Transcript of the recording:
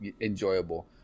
enjoyable